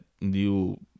new